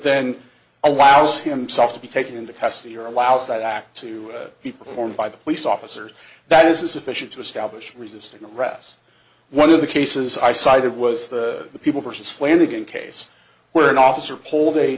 then allows himself to be taken into custody or allows that act to be performed by the police officer that is insufficient to establish resisting arrest one of the cases i cited was the people versus flanagan case where an officer pulled a